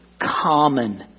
common